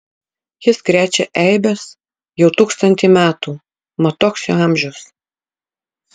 jis krečia eibes jau tūkstantį metų mat toks jo amžius